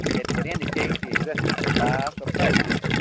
it would indicate the existence of bias or prejudice,